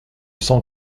sans